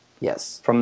Yes